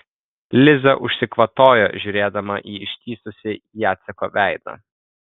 liza užsikvatojo žiūrėdama į ištįsusį jaceko veidą